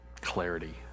clarity